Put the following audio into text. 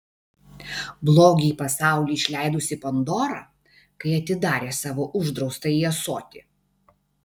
blogį į pasaulį išleidusi pandora kai atidarė savo uždraustąjį ąsotį